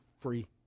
free